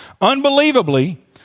Unbelievably